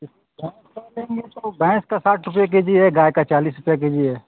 सिर्फ भैंस का लेंगे तो भैंस का साठ रुपये के जी है गाय का चालीस रुपये के डख़ जी है